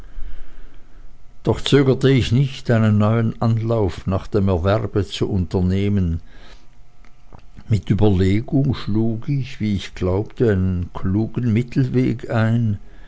doch zögerte ich nicht einen neuen auslauf nach dem erwerbe zu unternehmen mit überlegung schlug ich wie ich glaubte einen klugen mittelweg ein